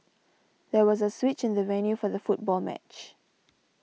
there was a switch in the venue for the football match